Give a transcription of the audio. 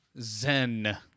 Zen